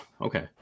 Okay